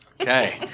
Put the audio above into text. Okay